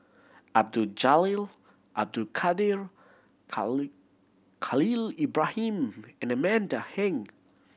Abdul Jalil Abdul Kadir Khalil Ibrahim and Amanda Heng